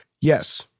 yes